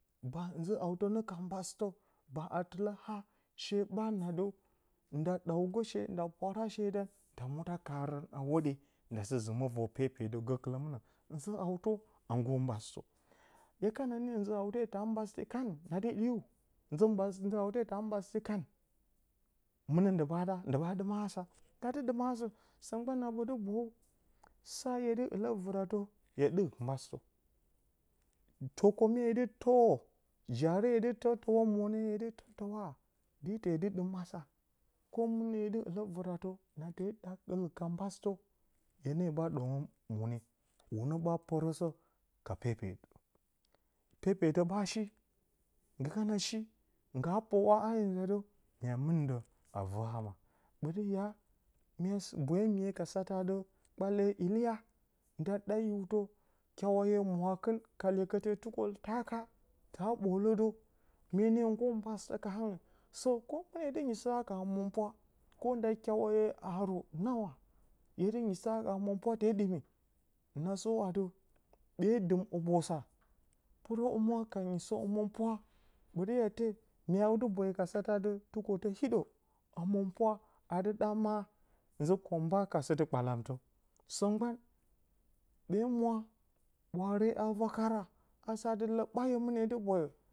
Baa zɨ hautə, nə ka mbasɨtə baaa tɨlə haa, she ɓaa naa ɗə, nda dəw gə she nda pwaara gə shedən. Nda muuɗa kaarə, a hwoɗye, nda sɨ zɨmə vor pepetə, gəkɨlə mɨna, zɨ hautə a nggur mbasɨtə. Hye kana niyo zɨ-haute ta u mbasɨti kan, na dɨ ɗɨyu nza mbaa zɨ-haute, ta a mbasɨtɨ kan, mɨnə ndɨ ɓaa ɨ ɓaa ɗɨ maa asa, nda a dɨ ɗɨma asə nda a dɨ dɨma asə. sə gban na ɓə dɨ sa hye dɨ ɨ lə vɨratə, khye ɗɨk, mbasɨtə, twokəmye hye dɨ təwo jyaree hye dɨ təw təwa mwonye hye dɨ təw təwa, dɨ tedɨ dɨm asə, kwo mɨnə hye dɨ ɨlə, vɨratə na te ɗa, fii kambasɨtə, hye ne ɓaa ɗwongə mwonei. Hwune ɓaa pərəsər ka pepetə, pepetarun ɓaa shi, nggi kana shi, ngga pəw a haa, hye nza də, mya mɨn də və ama. Bə ti ya, mya sa, mya boyo miye, ka satə ati, kpale iliya nda ɗa hiutə, kyawahye mwakɨ ka iye kətye tukoltaka, ta a ɓlə də myenee nggurəm mbasɨtə ka hangɨ so mɨnə hye dɨ, nyiisə haka əmɨnpwa, konda kyawahye haarə nawa hye dɨ nyisə haka həmɨnpwa te ɗɨmi na səw adɨ ɓee dɨm hubosa, pɨrə humwa ka nyisə həmɨnpwa bati ye te, mya adɨ boyo ka satə adɨ, tɨkwotə hiɗə, həmɨnpwa a dɨɗa ma zɨ ka, a bwa ka sɨtɨ kpalamtə, səgban ɓee hwa, ɓwaare a vwakara, a sa adɨ lə ɓaayo mɨnə hye dɨ boyo.